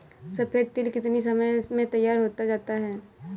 सफेद तिल कितनी समय में तैयार होता जाता है?